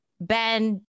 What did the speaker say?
Ben